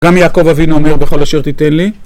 גם יעקב אבינו אומר בכל אשר תיתן לי